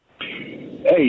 Hey